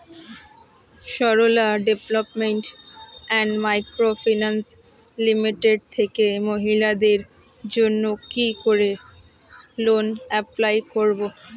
Sarala development and micro finance limited থেকে মহিলাদের জন্য কি করে লোন এপ্লাই করব?